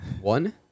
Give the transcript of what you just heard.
one